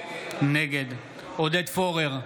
נגד עודד פורר,